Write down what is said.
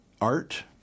art